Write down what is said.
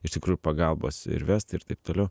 iš tikrųjų pagalbos ir vestai ir taip toliau